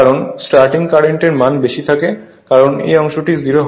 কারণ starting current এর মান বেশি থাকে কারণ এই অংশটি 0 হয়